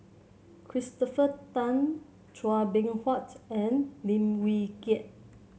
Christopher Tan Chua Beng Huat and Lim Wee Kiak